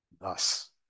Thus